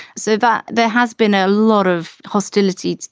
so but there has been a lot of hostility.